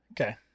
Okay